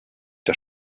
der